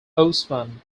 osman